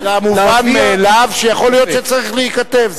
למובן מאליו שיכול להיות שצריך להיכתב,